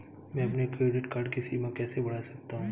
मैं अपने credit card की सीमा कैसे बढ़ा सकता हूँ?